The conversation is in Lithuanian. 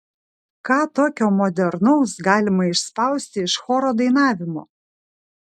ką tokio modernaus galima išspausti iš choro dainavimo